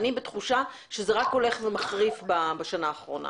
אני בתחושה שזה רק הולך ומחריף בשנה האחרונה